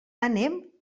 anem